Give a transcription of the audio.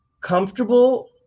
comfortable